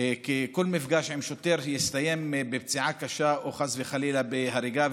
כי כל מפגש עם שוטר הסתיים בפציעה קשה או חס וחלילה בהריגה.